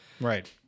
Right